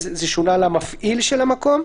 וכאן זה שונה ל"המפעיל של המקום".